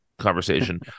conversation